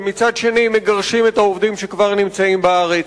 ומצד שני מגרשים את העובדים שכבר נמצאים בארץ.